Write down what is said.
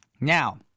Now